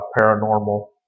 Paranormal